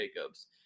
Jacobs